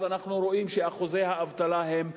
אז אנחנו רואים שאחוזי האבטלה הם נמוכים.